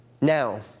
Now